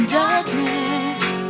darkness